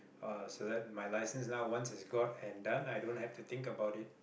uh so that my license now once it's got and done i don't have to think about it